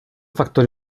factor